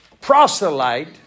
proselyte